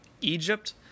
Egypt